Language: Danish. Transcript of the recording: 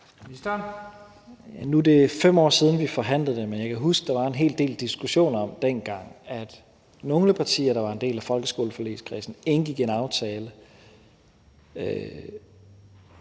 Nu er det 5 år siden, vi forhandlede det, men jeg kan huske, at der dengang var en hel del diskussion om, at nogle partier, der var en del af folkeskoleforligskredsen, indgik en aftale,